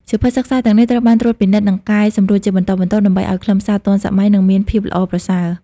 សៀវភៅសិក្សាទាំងនេះត្រូវបានត្រួតពិនិត្យនិងកែសម្រួលជាបន្តបន្ទាប់ ដើម្បីឱ្យខ្លឹមសារទាន់សម័យ និងមានភាពល្អប្រសើរ។